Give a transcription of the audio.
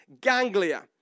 ganglia